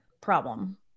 problem